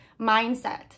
mindset